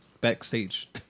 backstage